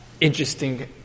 interesting